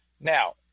Now